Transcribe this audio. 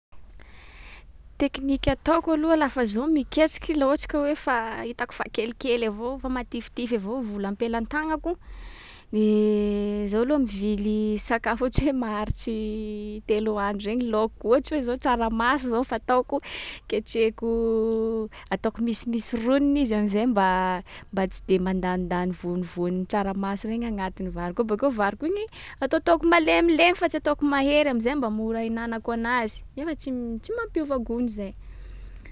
Tekniky ataoko aloha lafa zaho miketsiky laha ohatsy ka hoe fa hitako fa kelikely avao, fa matifitify avao vola am-pelatagnako, de zaho loha mivily sakafo ohatsy hoe maharitsy telo andro regny laoka. Ohatry hoe zao tsaramaso zao fataoko, ketrehiko ataoko misimisy roniny izy am’zay mba- mba tsy de mandanindany voanivoanin’ny tsaramaso regny agnatin’ny variko ao. Bakeo variko igny atataoko malemilemy fa tsy ataoko mahery am’zay mba mora ihinanako anazy. Nefa tsy m- tsy mapiova gout-ny zay.